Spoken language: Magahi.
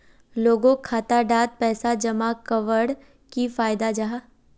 लोगोक खाता डात पैसा जमा कवर की फायदा जाहा?